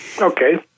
Okay